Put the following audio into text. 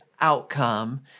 outcome